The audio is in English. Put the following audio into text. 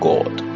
God